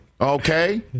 okay